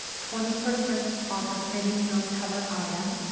twenty percent off of any non-covered item,